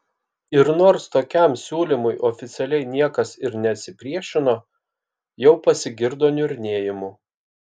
ir nors tokiam siūlymui oficialiai niekas ir nesipriešino jau pasigirdo niurnėjimų